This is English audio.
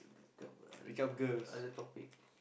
pick up other top~ other topic